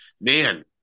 man –